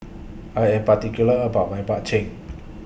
I Am particular about My Bak Chang